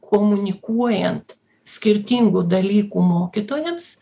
komunikuojant skirtingų dalykų mokytojams